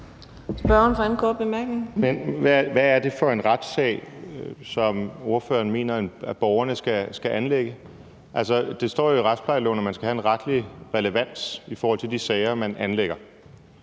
Hvad er det for en retssag, som ordføreren mener borgerne skal anlægge? Det står jo i retsplejeloven, at man skal have en retlig relevans i forhold til de sager, man anlægger,